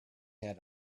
had